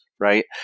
right